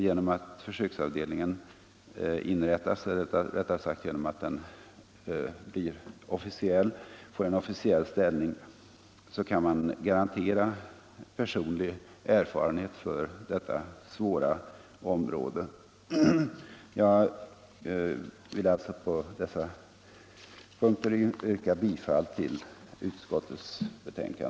Genom att försöksavdelningen får en officiell ställning kan man garantera personlig erfarenhet på detta svåra område. Jag vill alltså på dessa punkter yrka bifall till utskottets hemställan.